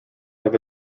have